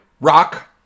Rock